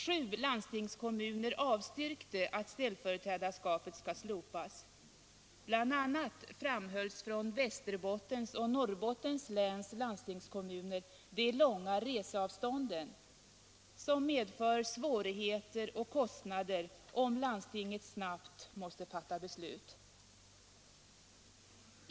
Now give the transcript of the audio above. Sju landstingskommuner avstyrkte att ställföreträdarskapet skall slopas. Bl. a. framhölls från Västerbottens och Norrbottens läns landstingskommuner de långa reseavstånden, som medför svårigheter och kostnader om landstinget snabbt måste fatta beslut.